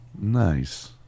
nice